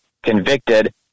convicted